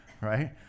Right